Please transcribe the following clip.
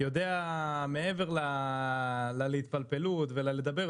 יודע מעבר להתפלפלות ומעבר לדבר,